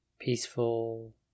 Peaceful